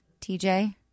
TJ